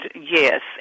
yes